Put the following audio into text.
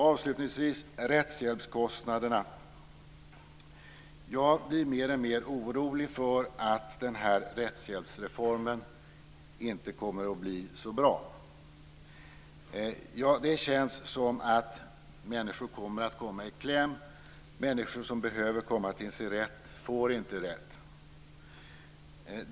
Avslutningsvis vill jag nämna något om rättshjälpskostnaderna. Jag blir mer och mer orolig för att den här rättshjälpsreformen inte kommer att bli så bra. Det känns som om människor kommer att komma i kläm. Människor som behöver komma till sin rätt får inte rätt.